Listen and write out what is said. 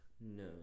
No